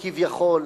כביכול,